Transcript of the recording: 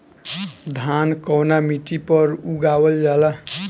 धान कवना मिट्टी पर उगावल जाला?